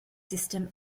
system